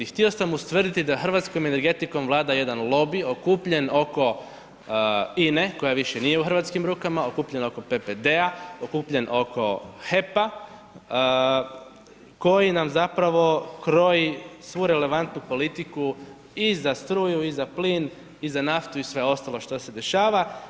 Htio sam ustvrditi da hrvatskom energetikom vlada jedan lobij okupljen oko INE koja više nije u hrvatskim rukama, okupljen oko PPD-a, okupljen oko HEP-a koji nam zapravo kroji svu relevantnu politiku i za struju i za plin i za naftu i sve ostalo što se dešava.